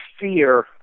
fear